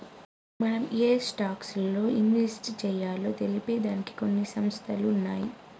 మనం ఏయే స్టాక్స్ లో ఇన్వెస్ట్ చెయ్యాలో తెలిపే దానికి కొన్ని సంస్థలు ఉన్నయ్యి